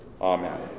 Amen